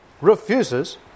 refuses